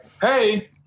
hey